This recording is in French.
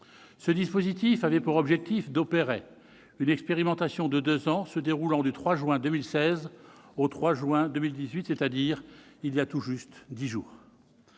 Ce dispositif avait pour objectif de mener une expérimentation de deux ans se déroulant du 3 juin 2016 au 3 juin 2018, c'est-à-dire il y a tout juste dix jours.